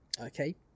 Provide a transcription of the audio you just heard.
okay